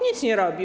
Nic nie robi.